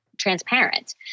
transparent